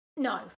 No